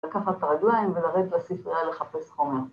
‫לקחת את הרגליים ולרדת לספריה ‫לחפש חומר.